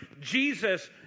Jesus